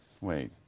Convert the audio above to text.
Wait